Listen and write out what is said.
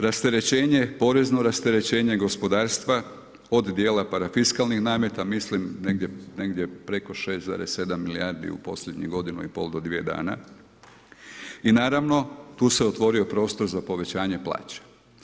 Rasterećenje, porezno rasterećenje gospodarstva od dijela parafiskalnih nameta, mislim negdje preko 6,7 milijardi u posljednjih godinu i pol do dvije dana i naravno tu se otvorio prostor za povećanje plaća.